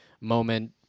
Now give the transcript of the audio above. moment